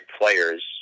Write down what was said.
players